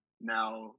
now